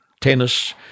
tennis